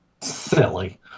Silly